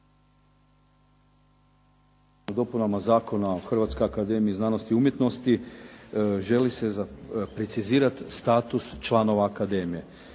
Hrvatskoj akademiji znanosti i umjetnosti želi se precizirati status članova akademije.